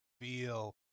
feel